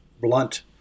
blunt